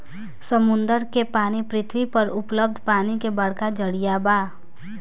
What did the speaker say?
समुंदर के पानी पृथ्वी पर उपलब्ध पानी के बड़का जरिया बा